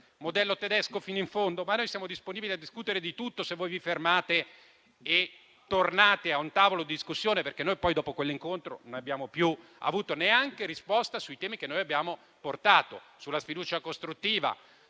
modello tedesco fino in fondo. Noi siamo disponibili a discutere di tutto se voi vi fermate e tornate al tavolo di discussione. Ricordo che dopo quell'incontro non abbiamo più avuto neanche risposta sui temi che abbiamo portato, sulla sfiducia costruttiva,